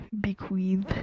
bequeath